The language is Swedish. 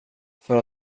för